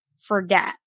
forget